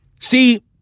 See